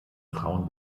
frauen